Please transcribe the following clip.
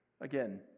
Again